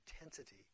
intensity